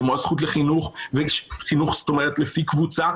כמו הזכות לחינוך לפי קבוצה,